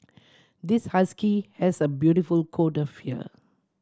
this husky has a beautiful coat of fur